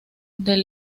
del